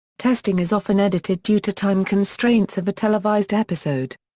testing is often edited due to time constraints of a televised episode.